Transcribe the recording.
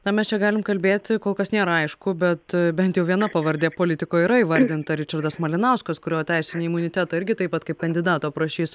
na mes čia galim kalbėti kol kas nėra aišku bet bent jau viena pavardė politiko yra įvardinta ričardas malinauskas kurio teisinį imunitetą irgi taip pat kaip kandidato prašys